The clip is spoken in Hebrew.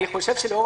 אני חושב שעכשיו,